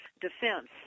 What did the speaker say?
Defense